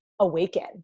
awaken